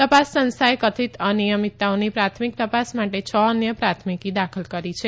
તપાસ સંસ્થાએ કથિત અનિયમિતતાઓની પ્રાથમિક તપાસ માટે છ અન્ય પ્રાથમિકી દાખલ કરી છે